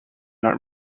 not